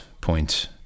point